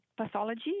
pathology